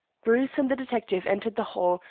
bruce and the detective entered the hall,